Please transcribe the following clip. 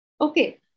Okay